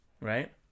Right